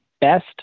best